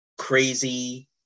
crazy